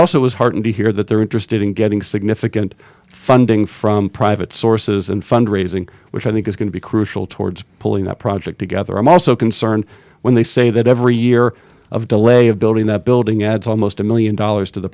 also was heartened to hear that they're interested in getting significant funding from private sources and fund raising which i think is going to be crucial towards pulling that project together i'm also concerned when they say that every year of delay of building that building adds almost a one million dollars to the